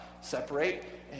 separate